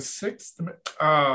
sixth